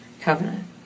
covenant